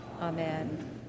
Amen